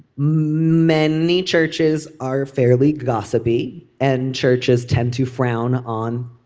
many churches are fairly gossipy and churches tend to frown on